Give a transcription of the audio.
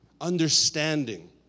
understanding